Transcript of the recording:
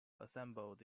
assembled